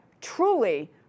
truly